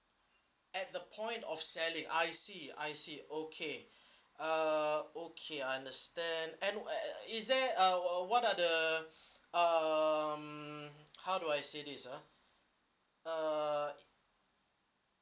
at the point of selling I see I see okay uh okay understand and uh is there uh what are the uh um how do I say this ah uh